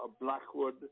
Blackwood